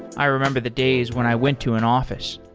i remember the days when i went to an offi ce.